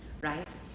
right